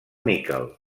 níquel